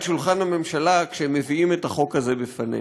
שולחן הממשלה כשהם מביאים את החוק הזה בפנינו.